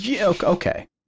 Okay